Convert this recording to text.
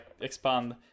expand